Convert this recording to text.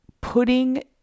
putting